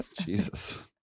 jesus